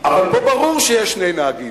אבל פה ברור שיש שני נהגים.